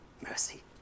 mercy